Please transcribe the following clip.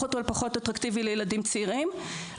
אותו לפחות אטרקטיבי לילדים צעירים.